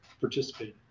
participating